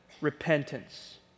repentance